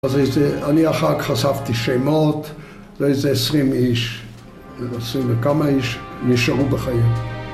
אני אחר כך חשפתי שמות, זה איזה עשרים איש, עשרים וכמה איש נשארו בחיים.